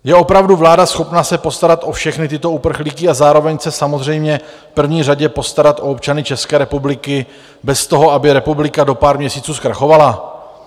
Je opravdu vláda schopná se postarat o všechny tyto uprchlíky a zároveň se samozřejmě v první řadě postarat o občany České republiky bez toho, aby republika do pár měsíců zkrachovala?